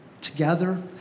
together